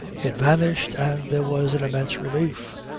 it vanished and there was an immense relief.